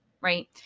Right